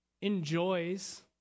enjoys